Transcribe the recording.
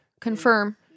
confirm